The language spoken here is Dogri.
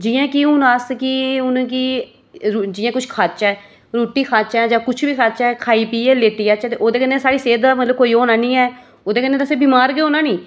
जि'यां कि हून अस कि हून कि जि'यां किश खाह्चै रुट्टी खाह्चै जां किश बी खाह्चै खाई पीह्यै लेटी जाह्चै ते ओह्दे कन्नै साढ़ी सेह्त दा मतलब कोई ओह् होना निं ऐ ओह्दे कन्नै ते असें बीमार गै होना निं